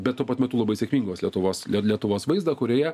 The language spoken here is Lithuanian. bet tuo pat metu labai sėkmingos lietuvos lietuvos vaizdą kurioje